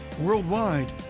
worldwide